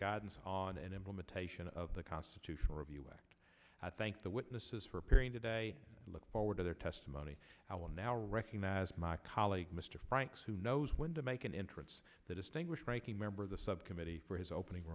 guidance on an implementation of the constitutional review act i thank the witnesses for appearing today look forward to their testimony i will now recognize my colleague mr franks who knows when to make an entrance the distinguished ranking member of the subcommittee for his opening